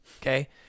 Okay